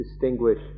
distinguish